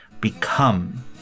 become